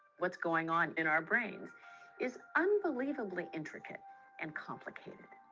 what's going on in our brains is unbelievably intricate and complicated.